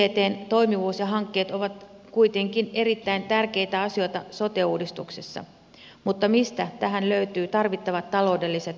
ictn toimivuus ja hankkeet ovat kuitenkin erittäin tärkeitä asioita sote uudistuksessa mutta mistä tähän löytyvät tarvittavat taloudelliset panostukset